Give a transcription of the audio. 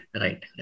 right